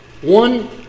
one